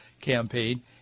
campaign